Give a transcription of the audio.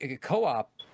co-op